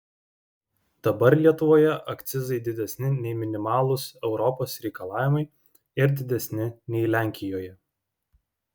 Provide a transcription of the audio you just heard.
dabar lietuvoje akcizai didesni nei minimalūs europos reikalavimai ir didesni nei lenkijoje